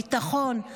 ביטחון,